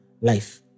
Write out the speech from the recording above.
life